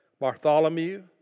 Bartholomew